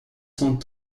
cent